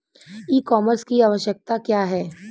ई कॉमर्स की आवशयक्ता क्या है?